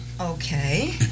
Okay